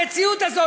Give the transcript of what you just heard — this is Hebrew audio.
המציאות הזאת,